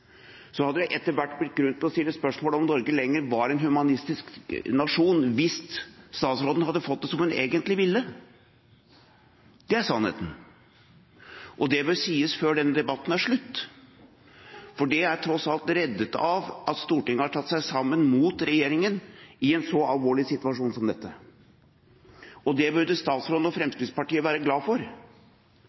så kaller hun det for realisme. Hadde det ikke vært for opposisjonen og bredden i behandlingen av det som har skjedd de siste dagene i forbindelse med både denne meldingen og det som skjedde her i salen for to dager siden, hadde det etter hvert blitt grunn til å stille spørsmål om Norge lenger var en humanistisk nasjon – hvis statsråden hadde fått det som hun egentlig ville. Det er sannheten og bør sies før denne debatten er slutt, for